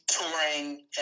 touring